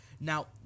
Now